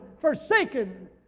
forsaken